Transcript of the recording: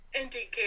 Indeed